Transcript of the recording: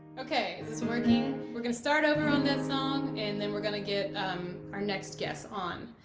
okay. it's working. we're gonna start over on that song. and then we're gonna get our next guest on.